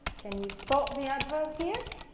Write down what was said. can you spot the adverb here?